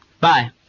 Bye